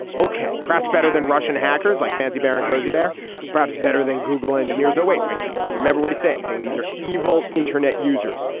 ok. perhaps better than russian hackers like fancy barron cozy bear perhaps better than google engineers. wait wait. remember what he's saying saying these are evil internet users.